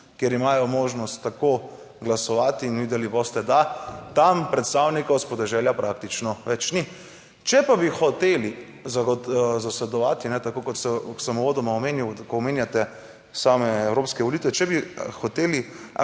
kjer imajo možnost tako glasovati in videli boste, da tam predstavnikov s podeželja praktično več ni. Če pa bi hoteli zasledovati, tako kot sem uvodoma omenil, ko omenjate same evropske volitve, če bi hoteli